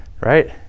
Right